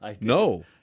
no